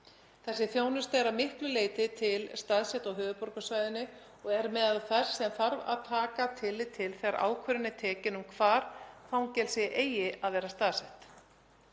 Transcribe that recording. Þessi þjónusta er að miklu leyti til staðsett á höfuðborgarsvæðinu og er meðal þess sem þarf að taka tillit til þegar ákvörðun er tekin um hvar fangelsi eigi að vera staðsett.